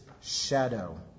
shadow